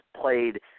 played